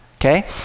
Okay